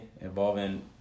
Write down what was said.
involving